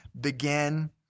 begin